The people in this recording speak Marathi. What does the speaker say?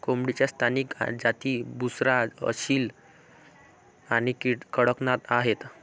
कोंबडीच्या स्थानिक जाती बुसरा, असील आणि कडकनाथ आहेत